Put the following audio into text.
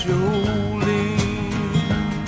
Jolene